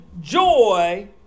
joy